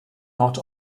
not